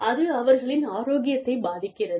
அது அவர்களின் ஆரோக்கியத்தைப் பாதிக்கிறது